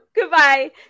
goodbye